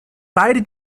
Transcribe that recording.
beide